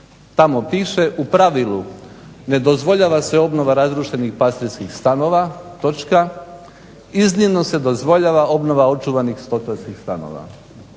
Tamo piše u pravilu ne dozvoljava se obnova razrušenih pastirskih stanova. Iznimno se dozvoljava obnova očuvanih …/Govornik se ne